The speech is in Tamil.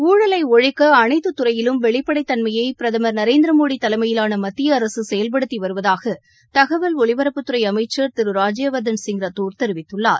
ஊழலை ஒழிக்க அனைத்துத்துறையிலும் வெளிப்படைத்தன்மையை பிரதமர் திரு நரேந்திர மோடி தலைமையிவான மத்திய அரசு செயல்படுத்தி வருவதாக தகவல் ஒலிபரப்புத்துறை அமைச்சர் திரு ராஜ்யவர்தன் சிங் ரத்தோர் தெரிவித்துள்ளார்